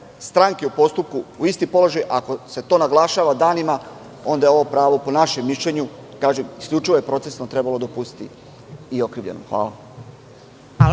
stranke u postupku u isti položaj, ako se to naglašava danima, onda je ovo pravo, po našem mišljenju, isključivo je procesno, trebalo dopustiti i okrivljenom. Hvala.